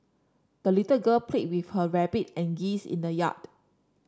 the little girl played with her rabbit and geese in the yard